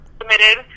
submitted